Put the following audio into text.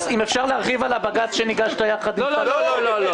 אתם מעברים העברות לערבים יחד עם יהודה ושומרון,